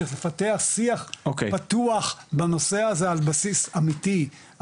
צריך לפתח שיח פתוח בנושא הזה על בסיס אמיתי,